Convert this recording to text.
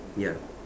ya